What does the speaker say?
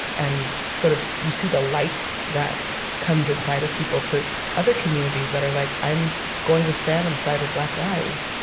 and sort of you see the light that comes inside of people to other communities that are like, i'm going to stand on the side of black lives,